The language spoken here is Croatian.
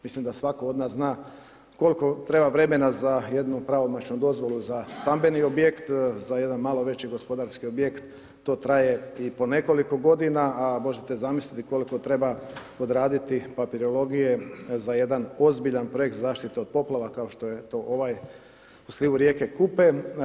Mislim da svatko od nas zna koliko treba vremena za jednu pravomoćnu dozvolu za stambeni objekt, za jedan malo veći gospodarski objekt, to traje i po nekoliko godina, a možete zamisliti koliko treba odraditi papirologije za jedan ozbiljan projekt zaštite od poplava, kao što je to ovaj u slivu rijeke Kupe.